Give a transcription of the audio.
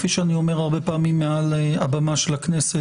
כפי שאני אומר הרבה פעמים מעל הבמה של הכנסת,